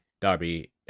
derby